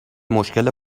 مشکل